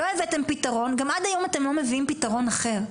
לא הבאתם פתרון וגם עד היום אתם לא מביאים פתרון אחר.